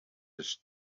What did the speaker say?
his